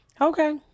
Okay